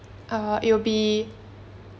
uh it will be